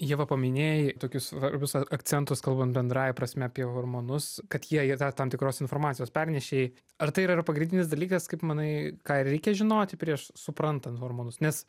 ieva paminėjai tokius svarbius akcentus kalbant bendrąja prasme apie hormonus kad jie yra tam tikros informacijos pernešėjai ar tai yra ir pagrindinis dalykas kaip manai ką reikia žinoti prieš suprantant hormonus nes